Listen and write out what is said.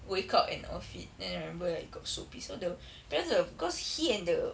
wake up and off it then I remember like got so pissed off the parents were cause he and the